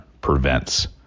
prevents